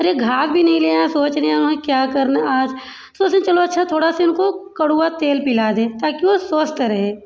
अरे घास भी नहीं ले आएँ सोच रहे हैं वहाँ क्या करना आज तो सोचे चलो थोड़ा सा इनको करुआ तेल पिला दें ताकि वो स्वस्थ रहें